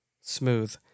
Smooth